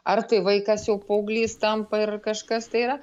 ar tai vaikas jau paauglys tampa ir kažkas tai yra